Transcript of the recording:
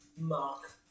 mark